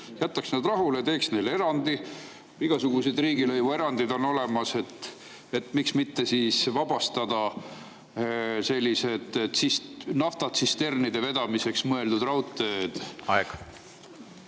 Jätaks need rahule, teeks neile erandi, igasuguseid riigilõivuerandeid on olemas. Miks mitte vabastada sellised naftatsisternide vedamiseks mõeldud raudteed? Aeg!